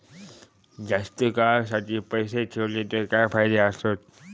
जास्त काळासाठी पैसे ठेवले तर काय फायदे आसत?